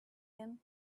him